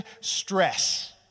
stress